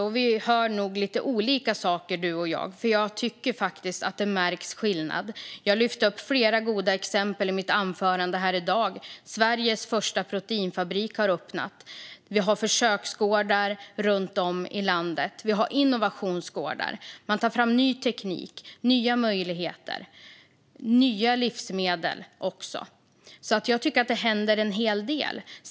Magnus Oscarsson och jag hör nog lite olika saker, för jag tycker faktiskt att det märks skillnad. Jag lyfte upp flera goda exempel i mitt anförande i dag. Sveriges första proteinfabrik har öppnat. Vi har försöksgårdar runt om i landet. Vi har också innovationsgårdar, där man tar fram ny teknik, nya möjligheter och nya livsmedel. Jag tycker att det händer en hel del.